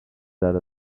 that